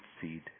seed